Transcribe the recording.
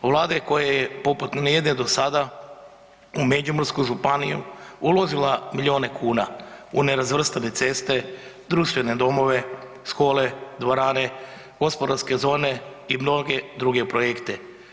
Vlade koja je poput … do sada u Međimursku županiju uložila milijune kuna u nerazvrstane ceste, društvene domove, škole, dvorane, gospodarske zone i mnoge druge projekte.